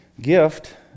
gift